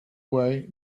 way